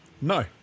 No